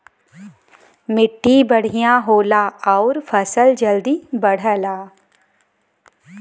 मट्टी बढ़िया होला आउर फसल जल्दी बढ़ला